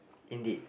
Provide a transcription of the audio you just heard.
in the